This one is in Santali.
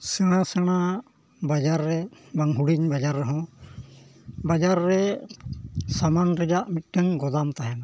ᱥᱮᱬᱟ ᱥᱮᱬᱟ ᱵᱟᱡᱟᱨ ᱨᱮ ᱵᱟᱝ ᱦᱩᱰᱤᱧ ᱵᱟᱡᱟᱨ ᱨᱮᱦᱚᱸ ᱵᱟᱡᱟᱨ ᱨᱮ ᱥᱟᱢᱟᱱ ᱨᱮᱭᱟᱜ ᱢᱤᱫᱴᱮᱱ ᱜᱳᱫᱟᱢ ᱛᱟᱦᱮᱱᱟ